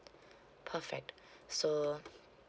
perfect so